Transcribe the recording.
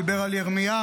הוא דיבר על ירמיהו,